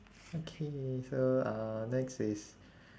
okay so uh next is